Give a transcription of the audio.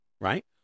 right